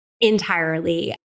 entirely